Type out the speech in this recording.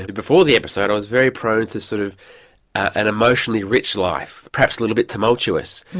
and before the episode i was very prone to sort of an emotionally rich life, perhaps a little bit tumultuous,